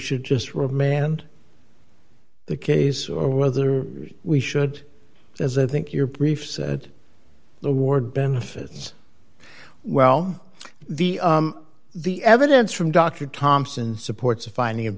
should just remand the case or whether we should as i think your brief said the ward benefits well the the evidence from dr thompson supports a finding of